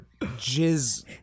jizz